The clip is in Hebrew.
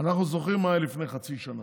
אנחנו זוכרים מה היה לפני חצי שנה,